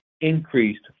increased